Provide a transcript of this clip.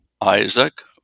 Isaac